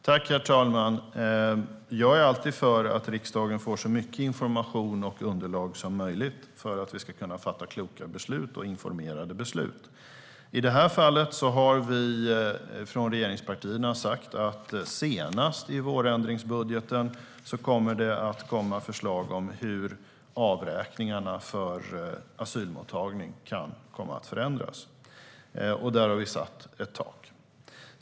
Herr talman! Jag är för att riksdagen får så mycket information och underlag som möjligt så att vi kan fatta kloka och informerade beslut. I detta fall har vi från regeringspartierna sagt att det senast i vårändringsbudgeten kommer förslag om hur avräkningarna för asylmottagning kan komma att förändras. Där har vi satt ett tak.